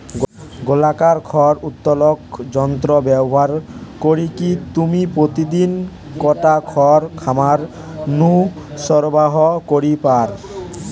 গোলাকার খড় উত্তোলক যন্ত্র ব্যবহার করিকি তুমি প্রতিদিন কতটা খড় খামার নু সরবরাহ করি পার?